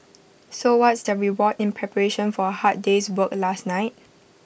so what's their reward in preparation for A hard day's work last night